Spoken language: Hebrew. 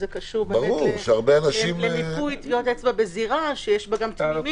שקשור למיפוי טביעות אצבע בזירה שיש בה גם תמימים.